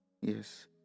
Yes